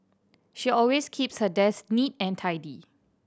she always keeps her desk neat and tidy